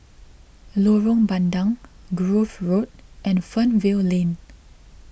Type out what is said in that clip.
Lorong Bandang Grove Road and Fernvale Lane